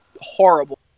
horrible